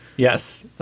Yes